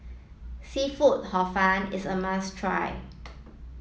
seafood hor fun is a must try